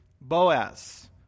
Boaz